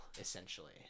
essentially